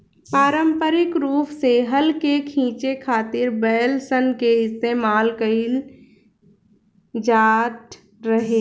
पारम्परिक रूप से हल के खीचे खातिर बैल सन के इस्तेमाल कईल जाट रहे